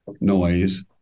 noise